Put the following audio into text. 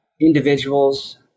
individuals